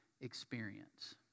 experience